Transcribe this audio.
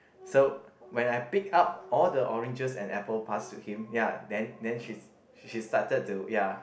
so when I pick up all the oranges and apple pass to him ya then then she she started to ya